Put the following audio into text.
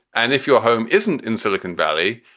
and if your home isn't in silicon valley,